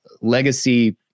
legacy